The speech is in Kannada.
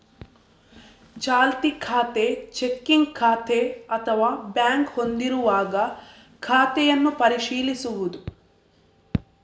ಚಾಲ್ತಿ ಖಾತೆ, ಚೆಕ್ಕಿಂಗ್ ಖಾತೆ ಅಥವಾ ಬ್ಯಾಂಕ್ ಹೊಂದಿರುವಾಗ ಖಾತೆಯನ್ನು ಪರಿಶೀಲಿಸುವುದು